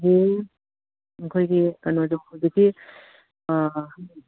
ꯑꯩꯈꯣꯏꯒꯤ ꯀꯩꯅꯣꯗꯣ ꯍꯧꯖꯤꯛꯀꯤ